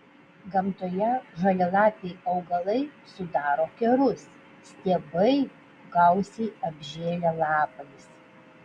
gamtoje žalialapiai augalai sudaro kerus stiebai gausiai apžėlę lapais